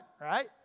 right